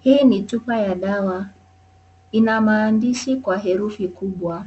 Hii ni chupa ya dawa inamaandishi kwa herufi kubwa